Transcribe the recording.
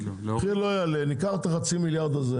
המחיר לא יעלה, ניקח את חצי המיליארד הזה